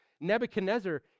Nebuchadnezzar